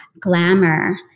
glamour